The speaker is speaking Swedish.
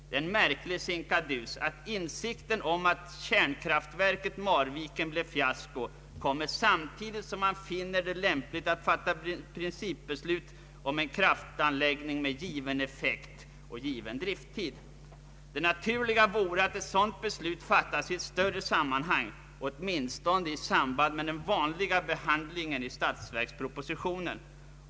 Det är en märklig sinkadus att insikten om att kärnkraftverket Marviken blev fiasko kommer samtidigt som man finner det lämpligt att fatta principbeslut om en kraftanläggning med given effekt och drifttid. Det naturliga vore väl att ett sådant beslut fattades i ett större sammanhang, åtminstone i samband med den vanliga behandlingen i statsverkspropositionen.